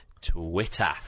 Twitter